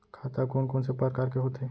खाता कोन कोन से परकार के होथे?